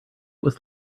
was